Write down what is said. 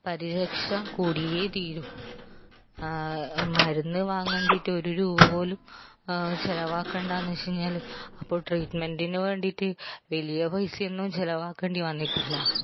പരിരക്ഷ കൂടിയേ തീരൂ മരുന്ന് വാങ്ങണ്ടിയിട്ട് ഒര് രൂപ പോലും ചിലവാക്കേണ്ട എന്ന് വെച്ച് കഴിഞ്ഞാൽ അപ്പോൾ ട്രീറ്റ്മെൻറ്റിന് വേണ്ടിയിട്ട് വലിയ പൈസയൊന്നും ചിലവാക്കേണ്ടി വന്നിട്ടില്ല